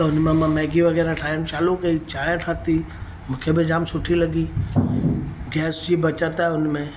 हुन में मां मैगी वग़ैरह ठाहिणु चालू कई चांहि ठाही मूंखे बि जाम सुठी लॻी गैस जी बचति आहे हुन में